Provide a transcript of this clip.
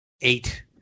eight